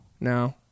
No